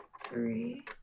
three